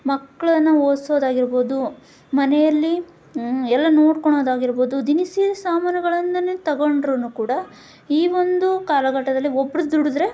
ಮಕ್ಕಳನ್ನ ಓದಿಸೋದಾಗಿರ್ಬೊದು ಮನೆಯಲ್ಲಿ ಎಲ್ಲ ನೋಡ್ಕೋಳದಾಗಿರ್ಬೊದು ದಿನಸಿ ಸಾಮಾನುಗಳಿಂದನೇ ತಗೊಂಡ್ರೂ ಕೂಡ ಈ ಒಂದು ಕಾಲಘಟ್ಟದಲ್ಲಿ ಒಬ್ಬರು ದುಡಿದ್ರೆ